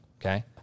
Okay